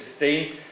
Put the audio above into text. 2016